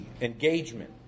engagement